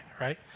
Right